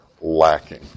lacking